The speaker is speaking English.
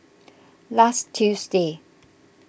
last Tuesday